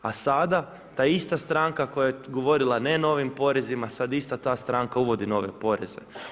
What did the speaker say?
A sada ta ista stranka koja je govorila ne novim porezima, sada ista ta stranka uvodi nove poreze.